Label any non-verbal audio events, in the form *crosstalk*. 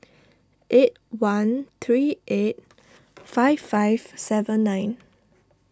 eight one three eight *noise* five five seven nine